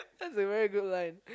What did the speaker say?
that's a very good line